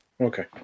Okay